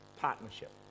partnership